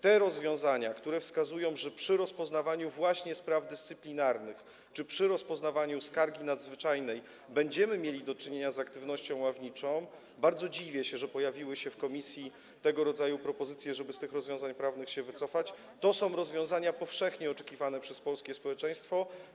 Te rozwiązania, które wskazują, że przy rozpoznawaniu właśnie spraw dyscyplinarnych czy przy rozpoznawaniu skargi nadzwyczajnej będziemy mieli do czynienia z aktywnością ławniczą - bardzo dziwię się, że pojawiły się w komisji tego rodzaju propozycje, żeby z tych rozwiązań prawnych się wycofać - to są rozwiązania powszechnie oczekiwane przez polskie społeczeństwo.